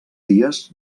dies